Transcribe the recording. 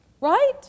Right